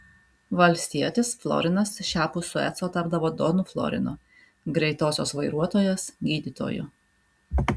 valstietis florinas šiapus sueco tapdavo donu florinu greitosios vairuotojas gydytoju